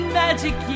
magic